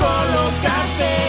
Colocaste